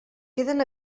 queden